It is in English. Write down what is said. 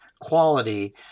quality